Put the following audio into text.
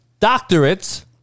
doctorates